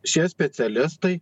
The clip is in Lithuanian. šie specialistai